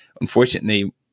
unfortunately